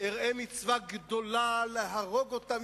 אראה מצווה גדולה להרוג אותם,